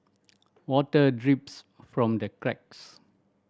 water drips from the cracks